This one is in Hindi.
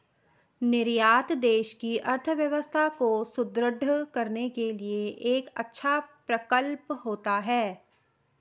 निर्यात देश की अर्थव्यवस्था को सुदृढ़ करने के लिए एक अच्छा प्रकल्प होता है